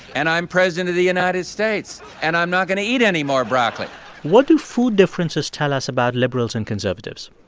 and i'm president of the united states. and i'm not going to eat any more broccoli what do food differences tell us about liberals and conservatives?